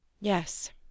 Yes